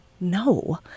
no